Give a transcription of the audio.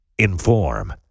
Inform